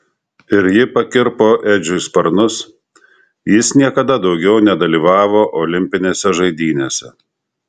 ir ji pakirpo edžiui sparnus jis niekada daugiau nedalyvavo olimpinėse žaidynėse